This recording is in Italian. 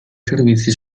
servizi